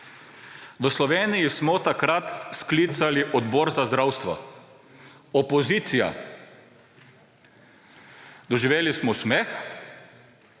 V Sloveniji smo takrat sklicali Odbor za zdravstvo, opozicija. Doživeli smo smeh,